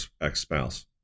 ex-spouse